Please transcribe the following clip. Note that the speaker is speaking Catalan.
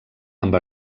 amb